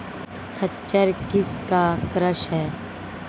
खच्चर किसका क्रास है?